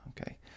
Okay